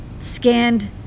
scanned